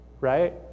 right